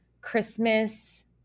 Christmas –